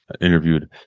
interviewed